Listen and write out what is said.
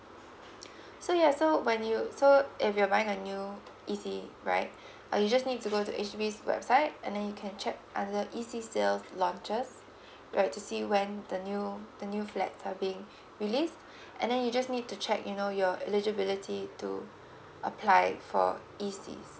so ya so when you so if you're buying a new E_C right uh you just need to go to H_D_B's website and then you can check under E_C sales launches right to see when the new the new flats are being released and then you just need to check you know your eligibility to apply for E_C's